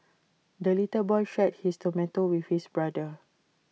the little boy shared his tomato with his brother